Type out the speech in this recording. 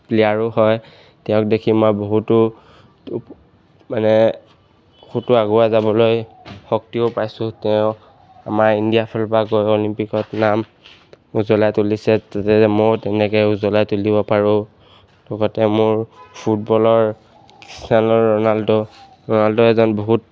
প্লেয়াৰো হয় তেওঁক দেখি মই বহুতো মানে বহুতো আগুৱাই যাবলৈ শক্তিও পাইছোঁ তেওঁ আমাৰ ইণ্ডিয়া ফালৰপৰা গৈ অলিম্পিকত নাম উজ্বলাই তুলিছে মইও তেনেকৈ উজ্বলাই তুলিব পাৰোঁ লগতে মোৰ ফুটবলৰ কিষ্টানো ৰণাল্ডো ৰণাল্ডো এজন বহুত